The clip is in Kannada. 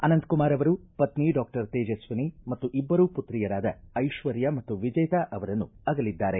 ಅನಂತಕುಮಾರ್ ಅವರು ಪತ್ನಿ ಡಾಕ್ಟರ್ ತೇಜಸ್ವಿನಿ ಮತ್ತು ಇಬ್ಬರು ಪುತ್ರಿಯರಾದ ಐಶ್ವರ್ಯ ಮತ್ತು ವಿಜೇತಾ ಅವರನ್ನು ಅಗಲಿದ್ದಾರೆ